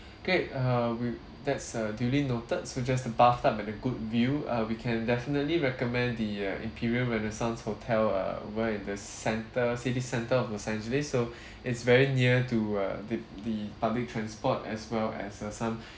okay uh we that's uh duly noted just a bathtub and a good view err we can definitely recommend the uh imperial renaissance hotel err where the centre city centre is essentially so it's very near to uh the the public transport as well as uh some